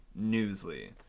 newsly